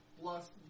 plus